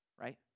right